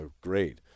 great